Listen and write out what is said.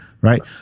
Right